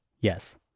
Yes